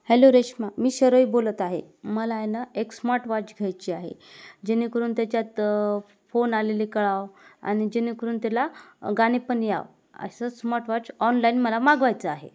hello Reshma मी शरयू बोलत आहे मला आहे ना एक स्मार्टवॉच घ्यायची आहे जेणेकरून त्याच्यात फोन आलेली कळावं आणि जेणेकरून त्याला गाणे पण यावं असं स्मार्टवॉच ऑनलाईन मला मागवायचं आहे